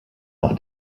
noch